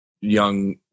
young